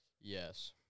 Yes